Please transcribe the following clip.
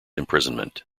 imprisonment